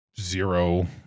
zero